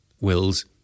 wills